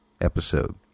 episode